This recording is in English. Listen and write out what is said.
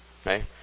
Okay